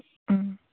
उम